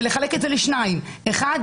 ולחלק את זה לשניים: דבר אחד,